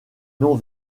non